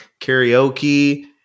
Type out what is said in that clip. karaoke